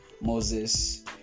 Moses